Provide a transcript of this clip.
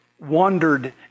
wandered